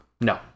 no